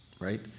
right